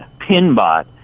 PinBot